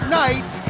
night